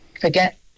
forget